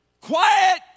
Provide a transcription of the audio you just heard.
quiet